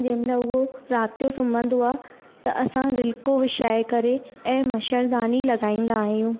जंहिंमहिल उहो राति जो सुम्हंदो आहे त असां रिल्को विछाये करे ऐं मच्छरदानी लगाईंदा आहियूं